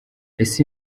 ese